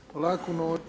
Hvala.